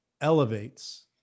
elevates